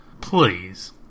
Please